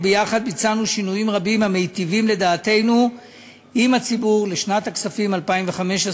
וביחד ביצענו שינויים רבים המיטיבים לדעתנו עם הציבור לשנות הכספים